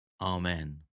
Amen